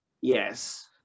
Yes